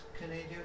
Canadian